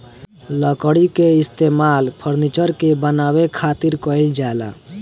लकड़ी के इस्तेमाल फर्नीचर के बानवे खातिर कईल जाला